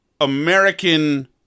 American